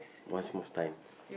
time